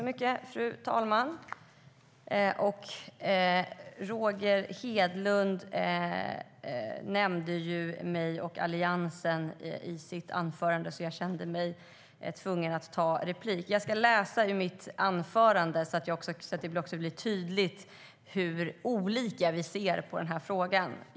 Fru talman! Roger Hedlund nämnde mig och Alliansen i sitt anförande, och jag kände mig därför tvungen att begära replik. Jag ska läsa upp det jag sa i mitt anförande så att det blir tydligt hur olika vi ser på den här frågan.